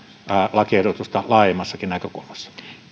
lakiehdotusta laajemmassakin näkökulmassa